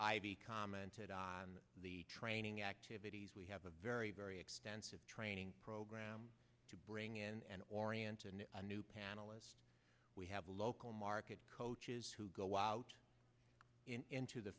mr commented on the training activities we have a very very extensive training program to bring in and oriented a new panel as we have local market coaches who go out into the